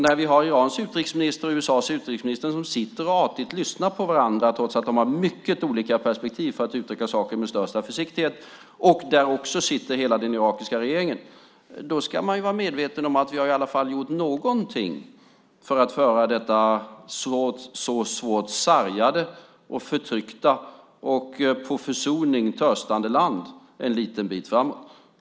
När Irans och USA:s utrikesministrar ändå sitter och lyssnar artigt på varandra trots att de har mycket olika perspektiv - för att uttrycka det milt - och också hela den irakiska regeringen sitter med ska man vara medveten om att vi i alla fall har gjort någonting för att föra hela detta svårt sargade, förtryckta och efter försoning törstande land en liten bit framåt.